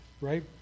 Right